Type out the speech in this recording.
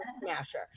smasher